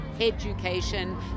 education